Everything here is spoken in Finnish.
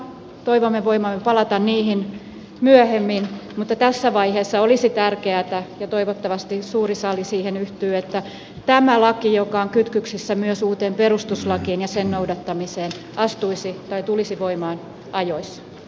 toivomme voivamme palata niihin myöhemmin mutta tässä vaiheessa olisi tärkeätä ja toivottavasti suuri sali siihen yhtyy että tämä laki joka on kytköksissä myös uuteen perustuslakiin ja sen noudattamiseen tulisi voimaan ajoissa